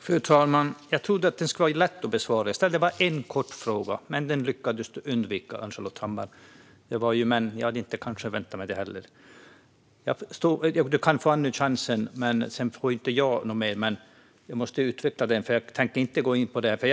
Fru talman! Jag trodde att det skulle vara lätt att svara. Jag ställde bara en kort fråga, men den lyckades du undvika, Ann-Charlotte Hammar Johnsson. Men jag hade kanske inte väntat mig ett svar. Du kan få en ny chans. Sedan får inte jag någon mer. Jag tänker inte gå in på den biten, men jag måste utveckla den lite.